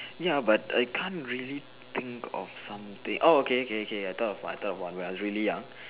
ya but I can't really think of something oh okay okay okay I thought of one I thought of one when I was really young